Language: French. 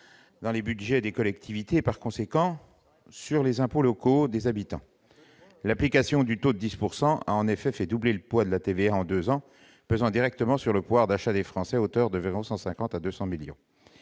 dans les budgets des collectivités territoriales et, en conséquence, sur les impôts locaux des habitants. L'application du taux de 10 % a en effet fait doubler le poids de la TVA en deux ans, ce qui pèse directement sur le pouvoir d'achat des Français, à hauteur de 150 millions